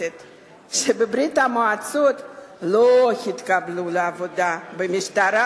שבברית-המועצות לא התקבלו לעבודה במשטרה